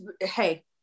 Hey